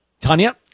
Tanya